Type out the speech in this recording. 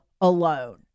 alone